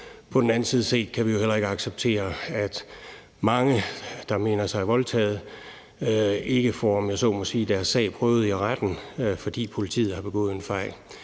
På den anden side kan vi jo heller ikke acceptere, at mange, der mener sig voldtaget, ikke får, om jeg så må sige, deres sag prøvet i retten, fordi politiet har begået en fejl.